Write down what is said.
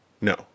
No